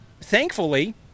thankfully